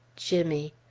jimmy!